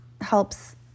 helps